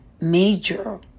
major